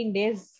days